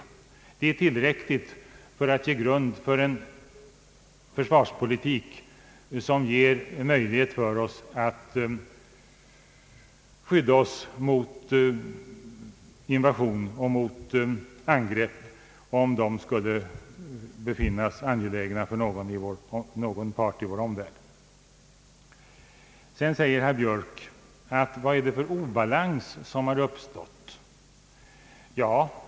Detta är tillräckligt grund för en försvarspolitik som ger oss möjligheter till skydd mot invasion eller angrepp, om någon part i vår omvärld skulle lockas till sådana aktioner mot vårt land. Herr Björk frågar vidare vad det är för obalans som har uppstått.